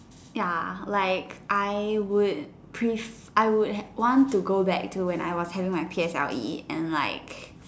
ya like I would prefer I would have want to go back to when I was having my P_S_L_E and like